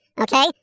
okay